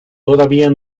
todavía